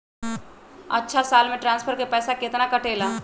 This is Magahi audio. अछा साल मे ट्रांसफर के पैसा केतना कटेला?